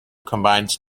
combines